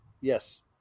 yes